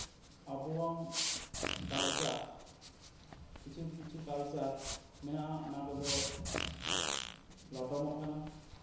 ᱟᱵᱚᱣᱟᱜ ᱠᱟᱞᱪᱟᱨ ᱠᱤᱪᱷᱩ ᱠᱤᱪᱷᱩ ᱠᱟᱞᱪᱟᱨ ᱢᱮᱱᱟᱜᱼᱟ ᱚᱱᱟ ᱠᱚᱫᱚ ᱞᱚᱴᱚᱢᱚᱜ ᱠᱟᱱᱟ